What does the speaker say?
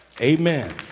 Amen